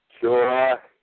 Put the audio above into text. Sure